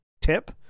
tip